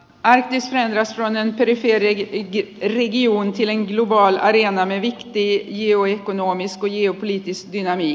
aiheeseen rannan perinteet ja perin juontilen koko ajan ehtii hioi kuin onnistujia oli herr talman